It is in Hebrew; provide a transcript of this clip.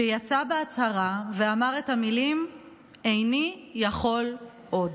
שיצא בהצהרה ואמר את המילים "איני יכול עוד".